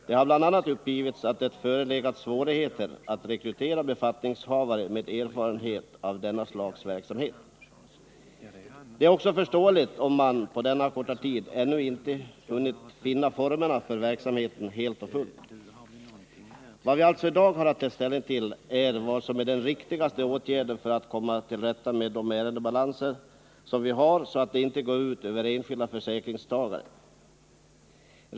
Det har bl.a. uppgivits att det förelegat svårigheter att rekrytera befattningshavare med erfarenhet av detta slags verksamhet. Det är också förståeligt om man på denna korta tid inte hunnit finna formerna för verksamheten helt och fullt: Vad vi alltså i dag har att ta ställning till är vad som är den riktigaste åtgärden för att komma till rätta med ärendebalanserna så att förhållandena inte går ut över de enskilda försäkringstagarna.